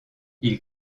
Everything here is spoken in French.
ils